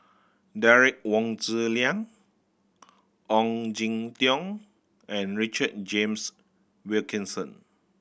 Derek Wong Zi Liang Ong Jin Teong and Richard James Wilkinson